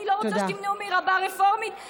אני לא רוצה שתמנעו מרבה רפורמית,